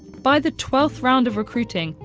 by the twelfth round of recruiting,